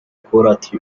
كرة